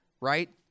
right